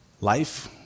Life